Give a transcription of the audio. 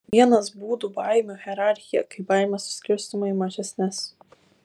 vienas būdų baimių hierarchija kai baimė suskirstoma į mažesnes